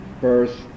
first